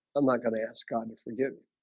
i'm not going to ask god to forgive